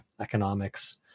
economics